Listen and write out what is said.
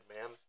Man